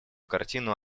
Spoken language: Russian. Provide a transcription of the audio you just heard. картину